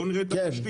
בואו נראה את התשתית.